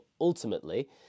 ultimately